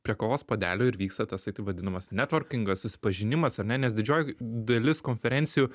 prie kavos puodelio ir vyksta tasai taip vadinamas netvorkingas susipažinimas ar ne nes didžioji dalis konferencijų